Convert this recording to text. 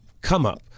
come-up